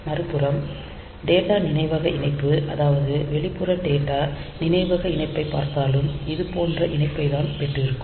மறுபுறம் டேட்டா நினைவக இணைப்பு அதாவது வெளிப்புற டேட்டா நினைவக இணைப்பைப் பார்த்தாலும் இது போன்ற இணைப்பை தான் பெற்றிருக்கும்